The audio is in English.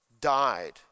died